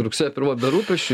rugsėjo pirmoji be rūpesčių